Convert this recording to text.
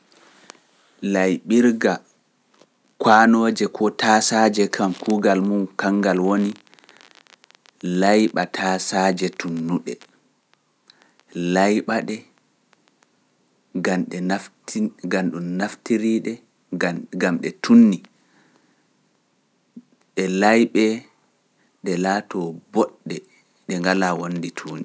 Layɓirga kaanooje koo taasaaje kam kuugal mum kanngal woni, leyɓa taasaaje tuunnuɗe, leyɓa-ɗe, ngam ɗe naftind- ngam ɗum naftirii-ɗe, ngam, ngam ɗe tuunnii, ɗe layɓee, ɗe laatoo mbooɗɗe ɗe ngalaa wonndi tuundi.